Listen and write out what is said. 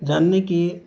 جاننے کی